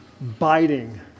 biting